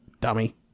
Dummy